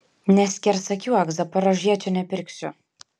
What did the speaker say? neskersakiuok zaporožiečio nepirksiu